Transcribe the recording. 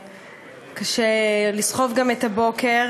וקשה לסחוב גם את הבוקר,